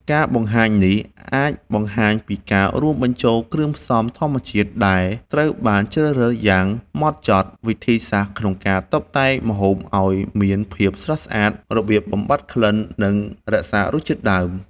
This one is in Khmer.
ការបង្ហាញនេះអាចបង្ហាញពីការរួមបញ្ចូលគ្រឿងផ្សំធម្មជាតិដែលត្រូវបានជ្រើសយ៉ាងម៉ត់ចត់ វិធីសាស្រ្តក្នុងការតុបតែងម្ហូបឲ្យមានភាពស្រស់ស្អាត, របៀបបំបាត់ក្លិន និងរក្សារសជាតិដើម